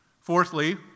Fourthly